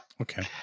Okay